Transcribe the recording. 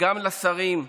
וגם לשרים,